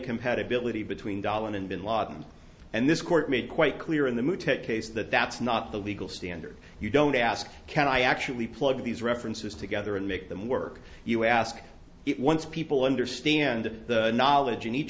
compatibility between dahlan and bin laden and this court made quite clear in the movie ted case that that's not the legal standard you don't ask can i actually plug these references together and make them work you ask it once people understand the knowledge in each